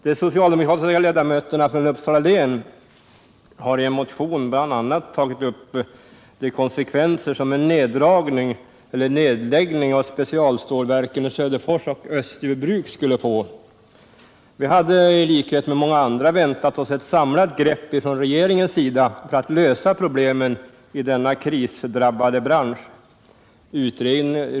De socialdemokratiska ledamöterna från Uppsala län har i en motion bl.a. tagit upp de konsekvenser som en neddragning eller nedläggning av specialstålverken i Söderfors och Österbybruk skulle få. Vi hade i likhet med många andra väntat oss ett samlat grepp från regeringens sida för att lösa problemen i denna krisdrabbade bransch.